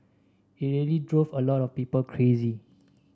it really drove a lot of people crazy